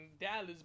Dallas